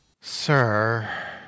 sir